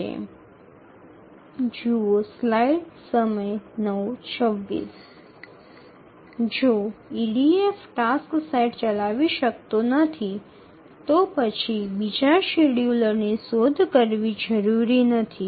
EDF যদি কোনও কাজের সেট চালাতে না পারে তবে অন্য সময়সূচী অনুসন্ধান করার দরকার নেই